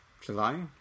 July